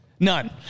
None